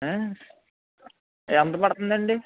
ఎంత పడుతుంది అండి